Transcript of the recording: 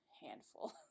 handful